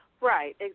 Right